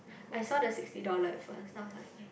I saw the sixty dollar at first then I was like wait